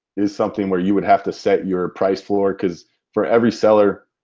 is something where you would have to set your price floor because for every seller,